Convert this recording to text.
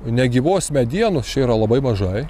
negyvos medienos čia yra labai mažai